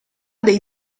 dei